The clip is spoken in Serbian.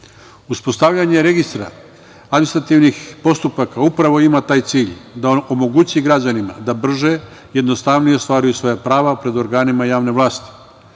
poslove. Uspostavljanje registra administrativnih postupaka upravo ima taj cilj, da omogući građanima da brže, jednostavnije ostvaruju svoja prava pred organima javne vlasti,